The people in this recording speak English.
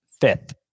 fifth